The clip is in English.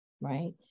right